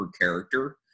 character